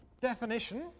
Definition